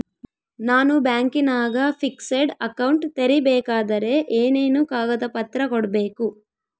ನಾನು ಬ್ಯಾಂಕಿನಾಗ fixed account ತೆರಿಬೇಕಾದರೆ ಏನೇನು ಕಾಗದ ಪತ್ರ ಕೊಡ್ಬೇಕು?